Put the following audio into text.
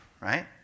right